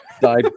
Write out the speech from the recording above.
Died